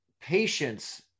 patience